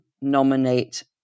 nominate